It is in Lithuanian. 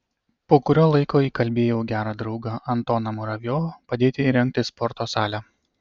po kurio laiko įkalbėjau gerą draugą antoną muravjovą padėti įrengti sporto salę